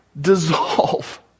dissolve